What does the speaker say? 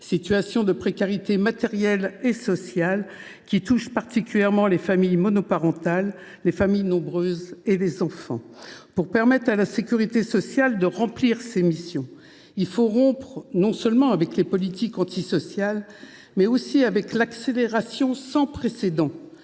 situation de précarité matérielle et sociale touche particulièrement les familles monoparentales, les familles nombreuses et les enfants. Pour permettre à la sécurité sociale de remplir ses missions, il faut rompre non seulement avec les politiques antisociales, mais aussi avec l’accélération sans précédent